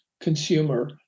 consumer